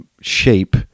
shape